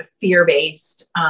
fear-based